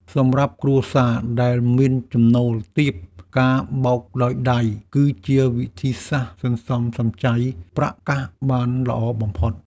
សម្រាប់គ្រួសារដែលមានចំណូលទាបការបោកដោយដៃ គឺជាវិធីសាស្ត្រសន្សំសំចៃប្រាក់កាក់បានល្អបំផុត។